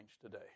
today